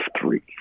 three